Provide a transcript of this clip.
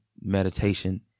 meditation